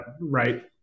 right –